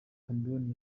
cameroun